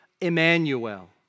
Emmanuel